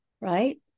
right